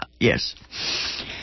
yes